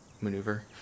maneuver